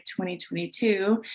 2022